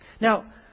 Now